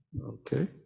Okay